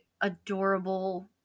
adorable